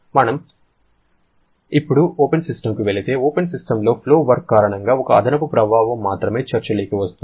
మరియు మనం ఇప్పుడు ఓపెన్ సిస్టమ్కి వెళితే ఓపెన్ సిస్టమ్లో ఫ్లో వర్క్ కారణంగా ఒక అదనపు ప్రభావం మాత్రమే చర్చలోకి వస్తుంది